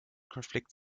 konflikt